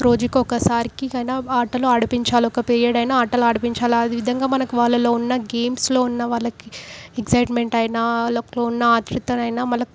రోజుకొక్కసారి అయిన ఆటలు ఆడించాలి ఒక్క పీరియడ్ అయినా ఆటలు ఆడించాలి అది విధంగా మనకు వాళ్ళల్లో ఉన్న గేమ్స్లో ఉన్న వాళ్ళకి ఎగ్జయిట్మెంట్ అయినా లో ఉన్న ఆతృతనైనా మనకు